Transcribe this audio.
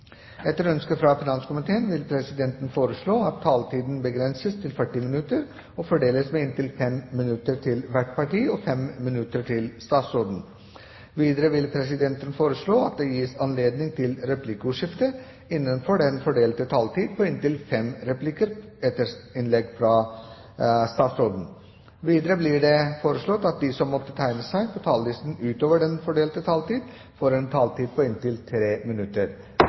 Etter ønske fra finanskomiteen vil presidenten foreslå at taletiden begrenses til 40 minutter og fordeles med inntil 5 minutter til hvert parti og inntil 5 minutter til statsråden. Videre vil presidenten foreslå at det gis anledning til replikkordskifte på inntil fem replikker etter innlegget fra statsråden innenfor den fordelte taletid. Videre blir det foreslått at de som måtte tegne seg på talerlisten utover den fordelte taletid, får en taletid på inntil 3 minutter.